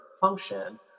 function